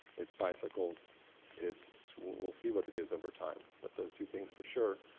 it's bicycles it's, we'll see what it is over time but those two things for sure,